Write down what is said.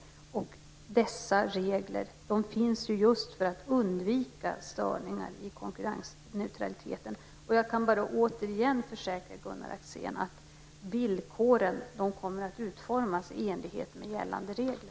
Dessa regler finns ju just för att undvika störningar i konkurrensneutraliteten. Jag kan bara återigen försäkra Gunnar Axén att villkoren kommer att utformas i enlighet med gällande regler.